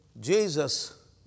Jesus